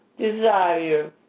desire